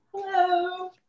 Hello